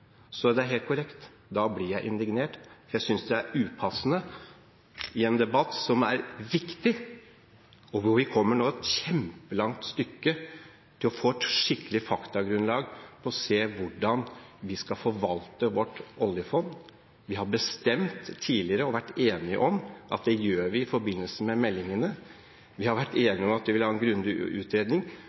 Så det er helt korrekt – da blir jeg indignert, for jeg synes det er upassende i en debatt som er viktig, og hvor vi nå kommer et kjempelangt stykke på vei med å få et skikkelig faktagrunnlag for å se på hvordan vi skal forvalte vårt oljefond. Vi har bestemt tidligere, og vært enige om, at det gjør vi i forbindelse med meldingene. Vi har vært enige om at vi vil ha en grundig utredning.